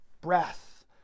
breath